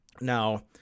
Now